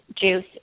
juice